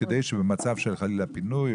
כדי שבמצב של פינוי,